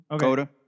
Coda